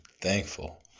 thankful